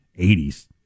80s